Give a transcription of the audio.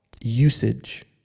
usage